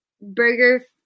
burger